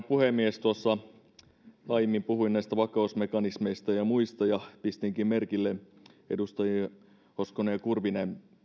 puhemies tuossa aiemmin puhuin näistä vakausmekanismeista ja muista ja pistinkin merkille edustajien hoskonen ja kurvinen